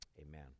amen